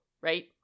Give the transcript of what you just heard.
right